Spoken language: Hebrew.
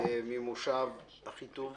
ממושב אחיטוב.